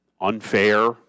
unfair